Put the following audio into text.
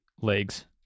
legs